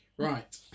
Right